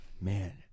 Man